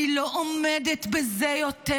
אני לא עומדת בזה יותר,